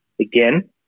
again